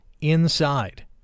inside